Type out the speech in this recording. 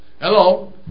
Hello